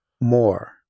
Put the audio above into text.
more